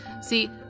See